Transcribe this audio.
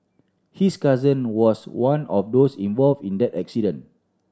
his cousin was one of those involve in that accident